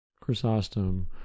chrysostom